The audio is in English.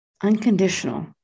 unconditional